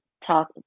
talk